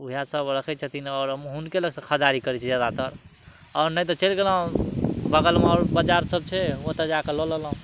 वएह सब रखै छथिन आओर मोहनके लग सऽ खरीदारी करै छै जादातर आओर नहि तऽ चलि गेलहुॅं बगल माल बजार सब छै ओतऽ जाकऽ लऽ लेलहुॅं